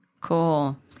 Cool